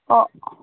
हो